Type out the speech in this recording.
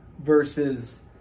versus